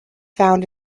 found